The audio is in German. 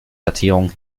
datierung